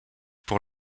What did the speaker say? pour